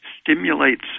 stimulates